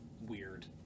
weird